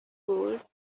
gold